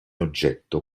oggetto